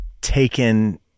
taken